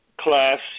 class